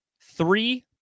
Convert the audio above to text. Three